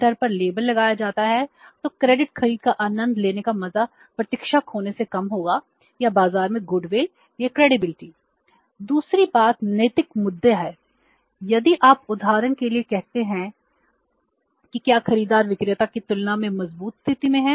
दूसरी बात नैतिक मुद्दे हैं यदि आप उदाहरण के लिए कहते हैं कि क्या खरीदार विक्रेता की तुलना में मजबूत स्थिति में है